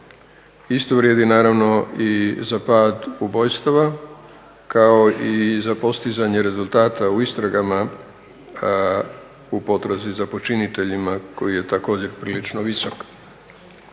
Isto vrijedi naravno i za pad ubojstava, kao i za postizanje rezultata u istragama u potrazi za počiniteljima koji je također prilično visok.